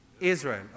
Israel